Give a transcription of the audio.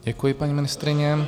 Děkuji, paní ministryně.